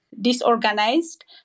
disorganized